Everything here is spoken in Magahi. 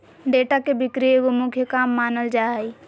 डेटा के बिक्री एगो मुख्य काम मानल जा हइ